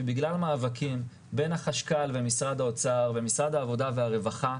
שבגלל מאבקים בין החשכ"ל ומשרד האוצר ומשרד העבודה והרווחה,